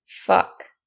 Fuck